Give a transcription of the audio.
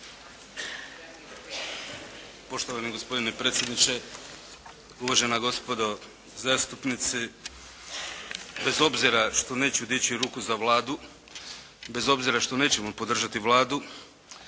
Poštovani gospodine predsjedniče, uvažena gospodo zastupnici! Bez obzira što neću dići ruku za Vladu, bez obzira što nećemo podržati Vladu,